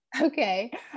Okay